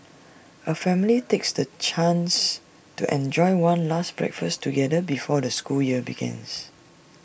A family takes the chance to enjoy one last breakfast together before the school year begins